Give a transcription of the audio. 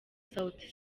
sauti